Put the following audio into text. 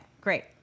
great